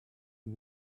you